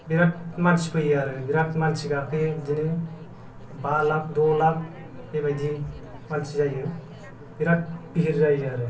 बिराद मानसि फैयो आरो बिराद मानसि गाखोयो बिदिनो बा लाख द' लाख बेबायदि मानसि जायो बिराद बिहिर जायो आरो